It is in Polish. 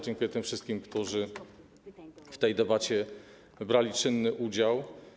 Dziękuję tym wszystkim, którzy w tej debacie brali czynny udział.